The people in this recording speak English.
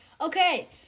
Okay